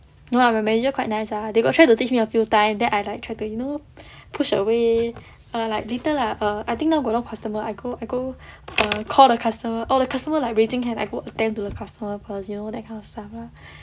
no lah my manager quite nice ah they got try to teach me a few time then I like try to you know push away or like later ah err I think now got a lot of customer I go I go err call the customer oh the customer like raising hand I go attend to the customer first you know that kind of stuff lah